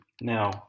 Now